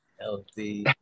healthy